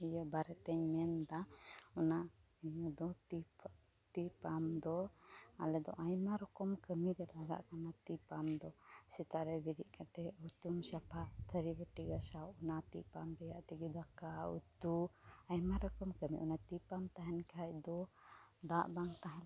ᱤᱭᱟᱹ ᱵᱟᱨᱮᱛᱮᱧ ᱢᱮᱱᱫᱟ ᱚᱱᱟ ᱤᱭᱟᱹᱫᱚ ᱛᱤ ᱛᱤ ᱯᱟᱢᱯ ᱫᱚ ᱟᱞᱮᱫᱚ ᱟᱭᱢᱟ ᱨᱚᱠᱚᱢ ᱠᱟᱹᱢᱤᱨᱮ ᱞᱟᱜᱟᱜ ᱠᱟᱱᱟ ᱛᱤ ᱯᱟᱢᱯ ᱫᱚ ᱥᱮᱛᱟᱜᱨᱮ ᱵᱤᱨᱤᱫ ᱠᱟᱛᱮᱫ ᱦᱩᱛᱩᱢ ᱥᱟᱯᱷᱟ ᱛᱟᱹᱨᱤ ᱵᱟᱹᱴᱤ ᱜᱟᱥᱟᱣ ᱚᱱᱟ ᱛᱤ ᱯᱟᱢᱯ ᱨᱮᱭᱟᱜ ᱛᱮᱜᱮ ᱫᱟᱠᱟ ᱩᱛᱩ ᱟᱭᱢᱟ ᱨᱚᱠᱚᱢ ᱠᱟᱹᱢᱤ ᱚᱱᱟ ᱛᱤ ᱯᱟᱢᱯ ᱛᱟᱦᱮᱱ ᱠᱷᱟᱡᱫᱚ ᱫᱟᱜ ᱵᱟᱝ ᱛᱟᱦᱮᱞᱮᱱ ᱠᱷᱟᱡ